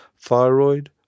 thyroid